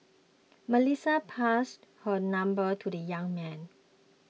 Melissa passed her number to the young man